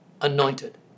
anointed